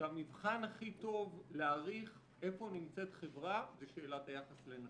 שהמבחן הכי טוב להעריך איפה נמצאת חברה זה שאלת היחס לנשים.